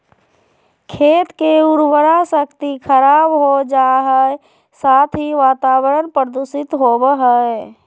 खेत के उर्वरा शक्ति खराब हो जा हइ, साथ ही वातावरण प्रदूषित होबो हइ